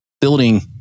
building